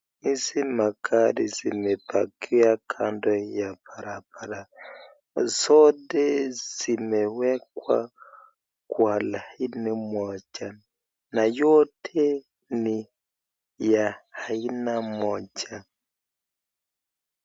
Hizi magari zimepakia kando ya barabara, zote zimewekwa kwa laini moja na yote ni ya aina moja.